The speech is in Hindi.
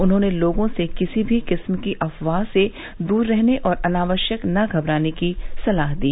उन्होंने लोगों से किसी भी किस्म की अफवाह से दूर रहने और अनावश्यक न घबराने की सलाह दी